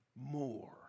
more